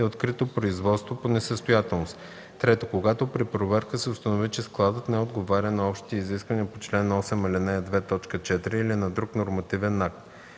е открито производство по несъстоятелност; 3. когато при проверка се установи, че складът не отговаря на общите изисквания по чл. 8, ал. 2, т. 4 или на друг нормативен акт;